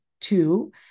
two